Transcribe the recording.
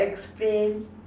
explain